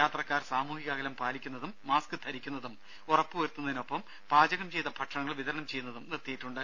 യാത്രക്കാർ സാമൂഹിക അകലം പാലിക്കുന്നതും മാസ്ക് ധരിക്കുന്നതും ഉറപ്പു വരുത്തുന്നതിനൊപ്പം പാചകം ചെയ്ത ഭക്ഷണങ്ങൾ വിതരണം ചെയ്യുന്നതും നിർത്തിയിട്ടുണ്ട്